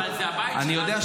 אני יודע,